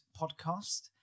Podcast